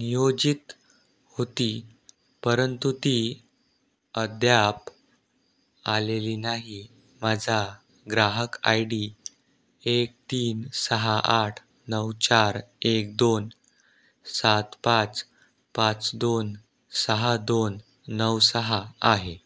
नियोजित होती परंतु ती अद्याप आलेली नाही माझा ग्राहक आय डी एक तीन सहा आठ नऊ चार एक दोन सात पाच पाच दोन सहा दोन नऊ सहा आहे